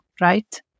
right